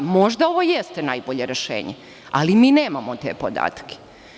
Možda ovo jeste najbolje rešenje, ali mi nemamo te podatke.